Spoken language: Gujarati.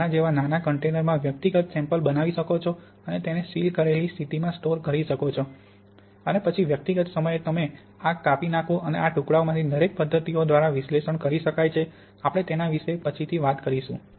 તમે આના જેવા નાના કન્ટેનરમાં વ્યક્તિગત સેમ્પલ બનાવી શકો છો અને તેને સીલ કરેલી સ્થિતિમાં સ્ટોર કરો છો અને પછી વ્યક્તિગત સમય તમે આ કાપી નાંખવું અને આ ટુકડાઓમાંથી દરેક પદ્ધતિઓ દ્વારા વિશ્લેષણ કરી શકાય છે આપણે તેના વિષે પછીથી વાત કરીશું